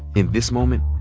in this moment,